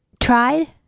Tried